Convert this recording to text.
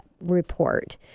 report